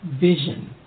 vision